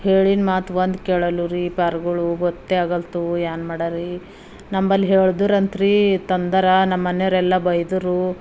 ಹೇಳಿದ ಮಾತು ಒಂದು ಕೆಳಲ್ವಲ್ಲ ರೀ ಈ ಪಾರ್ಗಳು ಗೊತ್ತೇ ಆಗಲ್ತು ಏನು ಮಾಡ ರೀ ನಂಬಲ್ಲ ಹೇಳಿದ್ರೆ ಅಂತ ರೀ ತಂದರ ನಮ್ಮ ಮನೆಯವ್ರೆಲ್ಲ ಬೈದರು